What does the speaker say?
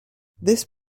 this